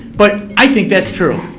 but i think that's true.